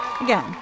Again